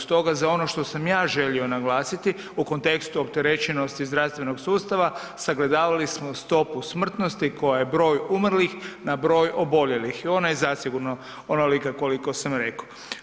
Stoga za ono što sam ja želio naglasiti u kontekstu opterećenosti zdravstvenog sustava sagledavali smo stopu smrtnosti koja je broj umrlih na broj oboljelih i ona je zasigurno onolika koliko sam rekao.